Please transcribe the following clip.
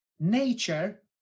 nature